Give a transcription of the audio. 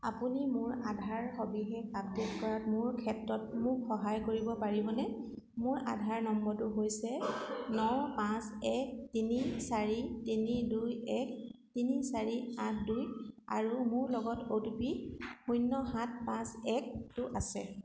আপুনি মোৰ আধাৰ সবিশেষ আপডে'ট কৰাৰ মোৰ ক্ষেত্ৰত মোক সহায় কৰিব পাৰিবনে মোৰ আধাৰ নম্বৰটো হৈছে ন পাঁচ এক তিনি চাৰি তিনি দুই এক তিনি চাৰি আঠ দুই আৰু মোৰ লগত অ' টি পি শূন্য সাত পাঁচ একটো আছে